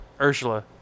Ursula